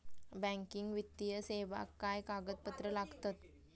Banking वित्तीय सेवाक काय कागदपत्र लागतत?